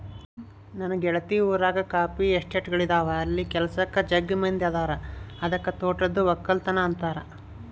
ನನ್ನ ಗೆಳತಿ ಊರಗ ಕಾಫಿ ಎಸ್ಟೇಟ್ಗಳಿದವ ಅಲ್ಲಿ ಕೆಲಸಕ್ಕ ಜಗ್ಗಿ ಮಂದಿ ಅದರ ಅದಕ್ಕ ತೋಟದ್ದು ವಕ್ಕಲತನ ಅಂತಾರ